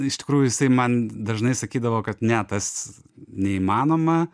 iš tikrųjų jisai man dažnai sakydavo kad ne tas neįmanoma